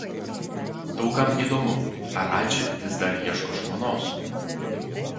daug kam įdomu ar radži vis dar ieško žmonos